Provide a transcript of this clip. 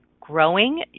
growing